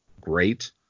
great